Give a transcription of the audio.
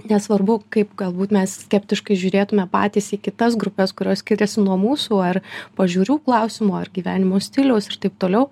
nesvarbu kaip galbūt mes skeptiškai žiūrėtume patys į kitas grupes kurios skiriasi nuo mūsų ar pažiūrų klausimu ar gyvenimo stiliaus ir taip toliau